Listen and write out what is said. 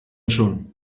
schon